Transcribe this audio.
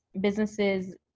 businesses